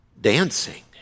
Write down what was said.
dancing